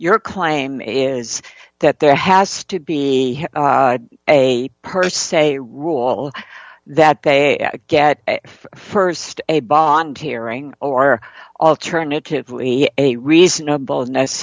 your claim is that there has to be a per se rule that they get st a bond hearing or alternatively a reasonable